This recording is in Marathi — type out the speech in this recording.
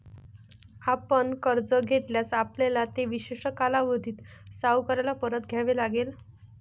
आपण कर्ज घेतल्यास, आपल्याला ते विशिष्ट कालावधीत सावकाराला परत द्यावे लागेल